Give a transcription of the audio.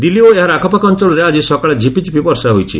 ଦିଲ୍ଲୀ ଓ ଏହାର ଆଖପାଖ ଅଞ୍ଚଳରେ ଆଜି ସକାଳେ ଝିପିଝିପି ବର୍ଷା ହୋଇଛି